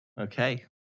Okay